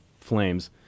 Flames